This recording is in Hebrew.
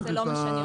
לא.